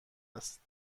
است